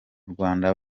rwanda